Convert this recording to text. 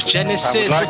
Genesis